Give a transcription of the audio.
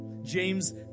James